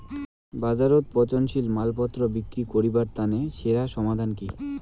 বাজারত পচনশীল মালপত্তর বিক্রি করিবার তানে সেরা সমাধান কি?